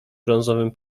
brązowym